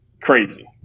crazy